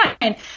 fine